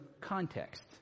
context